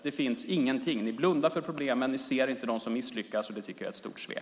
Det finns ingenting. Ni blundar för problemen. Ni ser inte de som misslyckas, och det tycker jag är ett stort svek.